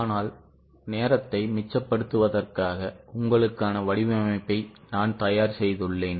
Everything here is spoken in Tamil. ஆனால் நேரத்தை மிச்சப்படுத்துவதற்காக உங்களுக்கான வடிவமைப்பை நான் தயார் செய்துள்ளேன்